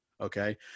okay